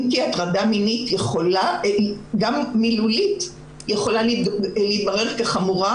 אם כי הטרדה מינית גם מילולית יכולה להתברר כחמורה,